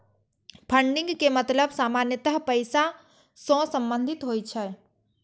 funding के मतलब सामान्यतः पैसा सं संबंधित होइ छै